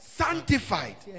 sanctified